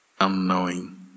unknowing